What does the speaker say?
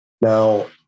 now